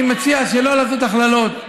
ואני מציע שלא לעשות הכללות.